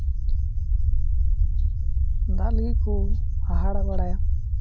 ᱫᱟᱜ ᱞᱟᱹᱜᱤᱫ ᱠᱚ ᱦᱟᱦᱟᱲᱟ ᱵᱟᱲᱟᱭᱟ